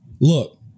look